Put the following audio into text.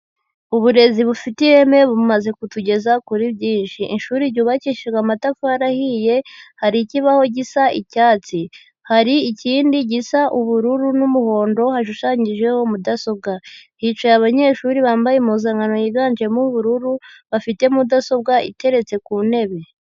Uburezi bufite ireme bumaze kutugeza kuri byinshi, ishuri ryubakishijwe amatafari ahiye, hari ikibaho gisa icyatsi, hari ikindi gisa ubururu n'umuhondo hashushanyijeho mudasobwa, hicaye abanyeshuri bambaye impuzankano yiganjemo ubururu bafite mudasobwa iteretse ku ntebe.